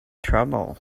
trouble